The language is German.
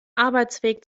arbeitsweg